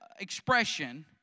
expression